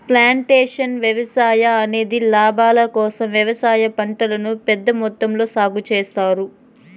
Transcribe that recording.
plantation వ్యవసాయం అనేది లాభాల కోసం వ్యవసాయ పంటలను పెద్ద మొత్తంలో సాగు చేత్తారు